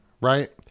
right